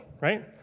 right